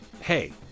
hey